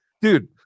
Dude